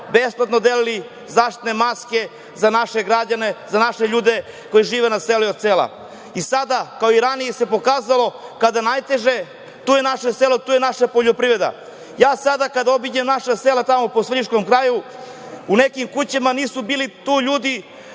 besplatno smo delili zaštitne maske za naše građane, za naše ljude koji žive na selu i od sela. Sada, kao i ranije, se pokazalo da kada je najteže da je tu naše selo, tu je naša poljoprivreda. Sada, kada obiđem naša sela po svrljiškom kraju, u nekim kućama nisu bili ljudi,